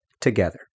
together